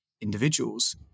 individuals